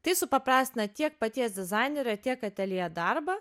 tai supaprastina tiek paties dizainerio tiek atelje darbą